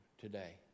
today